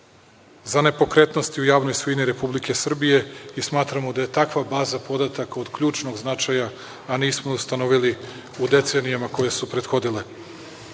za nepokretnosti u javnoj svojini u Republici Srbiji. Smatramo da je takva baza podataka od ključnog značaja, a nismo ustanovili u decenijama koje su prethodile. Takođe